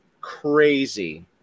crazy